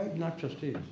not just these.